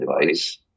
device